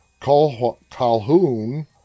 Calhoun